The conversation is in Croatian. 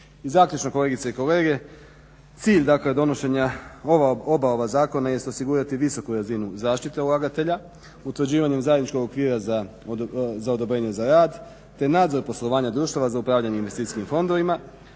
zaključno kolegice i kolege, cilj donošenja oba ova zakona jest osigurati visoku razinu zaštite ulagatelja, utvrđivanjem zajedničkog okvira za odobrenje za rad, te nadzor poslovanja društava za upravljanje investicijskim fondovima,